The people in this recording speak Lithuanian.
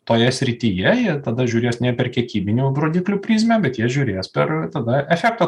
toje srityje jie tada žiūrės ne per kiekybinių rodiklių prizmę bet jie žiūrės per tada efekto